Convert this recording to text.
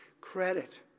credit